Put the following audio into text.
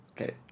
Okay